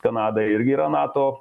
kanada irgi yra nato